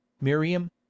miriam